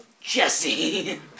Jesse